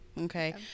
Okay